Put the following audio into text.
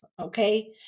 okay